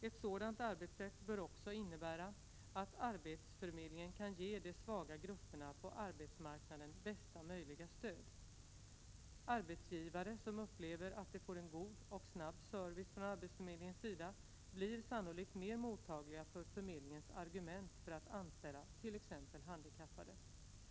Ett sådant arbetssätt bör också innebära att arbetsförmedlingen kan ge de svaga grupperna på arbetsmarknaden bästa möjliga stöd. Arbetsgivare som upplever att de får en god och snabb service från arbetsförmedlingens sida blir sannolikt mer mottagliga för förmedling ens argument för att anställa t.ex. handikappade. En bra arbetsförmedling — Prot.